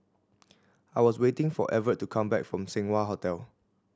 I was waiting for Evert to come back from Seng Wah Hotel